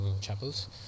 chapels